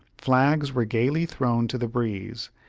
flags were gayly thrown to the breeze,